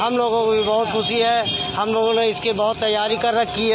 हम लोगों को भी बहुत खुशी है हम लोगों ने इसकी बहुत तैयारी कर रखी है